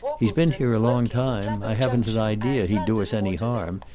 he's been here a long time. i haven't an idea he'd do us any harm.